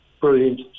brilliant